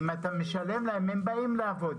אם אתה משלם להם, הם באים לעבוד.